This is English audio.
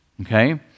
Okay